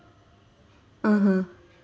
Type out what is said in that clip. (uh huh)